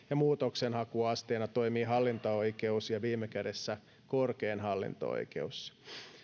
ja muutoksenhakuasteena toimii hallinto oikeus ja viime kädessä korkein hallinto oikeus